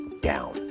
down